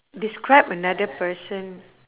describe another person